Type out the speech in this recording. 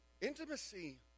Intimacy